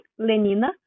Lenina